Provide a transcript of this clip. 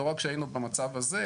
לא רק שהיינו במצב הזה,